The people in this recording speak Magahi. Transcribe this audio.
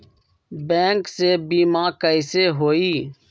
बैंक से बिमा कईसे होई?